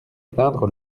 plaindre